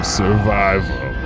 survival